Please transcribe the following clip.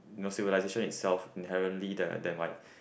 civilization itself inherently there there might